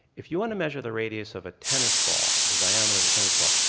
if you want to measure the radius of a tennis ball, the diameter of a tennis ball,